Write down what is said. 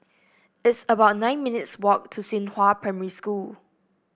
it's about nine minutes' walk to Xinghua Primary School